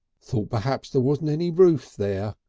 thought perhaps there wasn't any roof there!